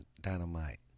Dynamite